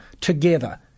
together